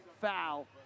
foul